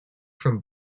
from